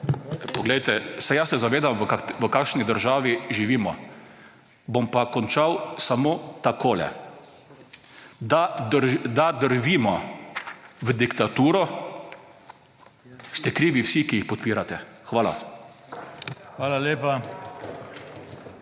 Poglejte, saj jaz se zavedam, v kakšni državi živimo. Bom pa končal samo takole. Da drvimo v diktaturo, ste krivi vsi, ki jih podpirate. Hvala.